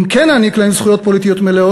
אם כן נעניק להם זכויות פוליטיות מלאות,